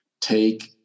take